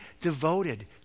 devoted